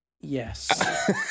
yes